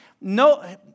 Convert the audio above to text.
No